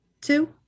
Two